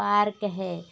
park है